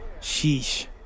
sheesh